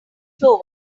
floor